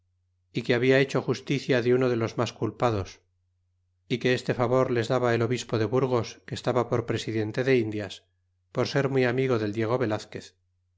y que habia hecho justicia de uno de los mas culpados y que este favor les daba el obispo de burgos que estaba por presidente de indias por ser muy amigo del diego velazquez